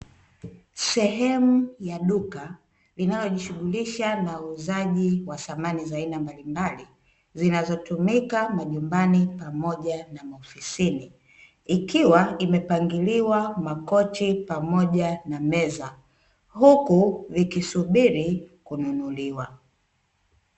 Sehemu ya duka inayojishughulisha na uuzaji wa samani mbalimbali zinazotumika majumbani pamoja na maofisini, ikiwa imepangiliwa makochi pamoja na meza huku vikisubiri kununuliwa.